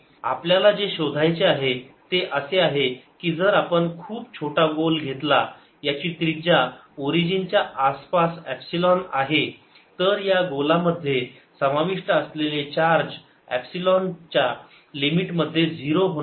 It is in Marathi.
आपल्याला जे शोधायचे आहे ते असे आहे की जर आपण खूप छोटा गोल घेतला याची त्रिज्या ओरिजिन च्या आसपास एपसिलोन आहे तर या गोलामध्ये समाविष्ट असलेले चार्ज एपसिलोन च्या लिमिटमध्ये 0 होणार आहे ते दिले जाते